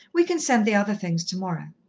we can send the other things tomorrow.